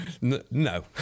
No